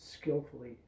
skillfully